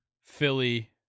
Philly